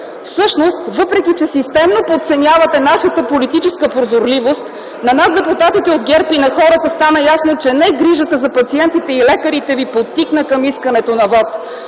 Всъщност въпреки че системно подценявате нашата политическа прозорливост, на нас, депутатите от ГЕРБ, и на хората стана ясно, че не грижата за пациентите и лекарите ви подтикна към искането на вот,